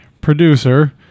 producer